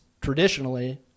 traditionally